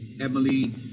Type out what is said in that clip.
Emily